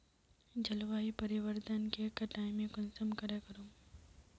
जलवायु परिवर्तन के कटाई में कुंसम करे करूम?